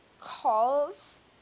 calls